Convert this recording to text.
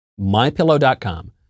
Mypillow.com